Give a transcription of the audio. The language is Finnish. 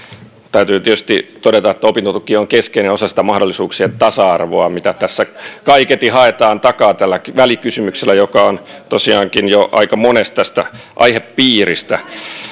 täytyy tietysti todeta että opintotuki on keskeinen osa sitä mahdollisuuksien tasa arvoa mitä tässä kaiketi haetaan takaa tällä välikysymyksellä joka on tosiaankin jo aika mones tästä aihepiiristä